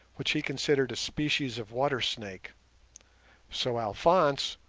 which he considered a species of water-snake so alphonse,